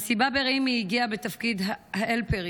למסיבה ברעים היא הגיעה בתפקיד ההלפרית,